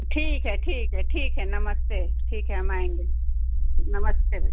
तो ठीक है ठीक है ठीक है नमस्ते ठीक है हम आएंगे नमस्ते भैया